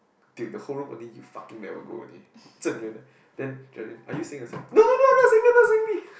dude the whole room only you fucking never go only Zhen-ren eh then Geraldine are you saying yourself no no no not saying me not saying me